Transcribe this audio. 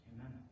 Amen